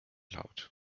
laut